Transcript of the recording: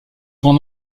grand